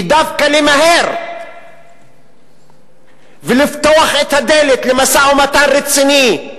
היא דווקא למהר ולפתוח את הדלת למשא-ומתן רציני,